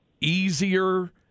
easier